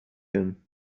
him